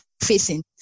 facing